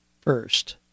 first